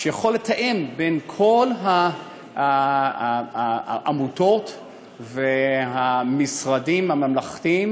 שיכול לתאם בין כל העמותות והמשרדים הממלכתיים